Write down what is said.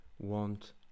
want